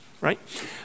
right